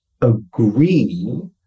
agree